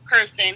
person